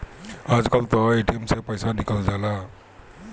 आजकल तअ ए.टी.एम से पइसा निकल जाला